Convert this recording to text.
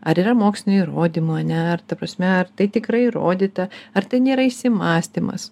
ar yra mokslinių įrodymų ar ne ar ta prasme ar tai tikrai įrodyta ar tai nėra įsimąstymas